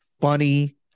funny